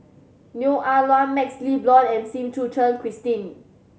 Neo Ah Luan MaxLe Blond and Sim Suchen Christine